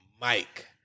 Mike